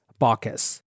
Baucus